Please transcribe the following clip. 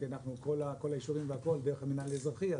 כל היישובים והכול דרך המנהל האזרחי,